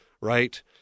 Right